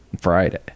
Friday